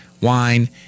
wine